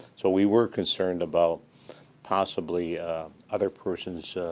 so we were concerned about possibly other persons,